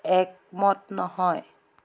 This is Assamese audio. একমত নহয়